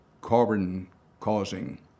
carbon-causing